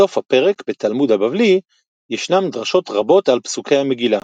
בסוף הפרק בתלמוד הבבלי ישנן דרשות רבות על פסוקי המגילה.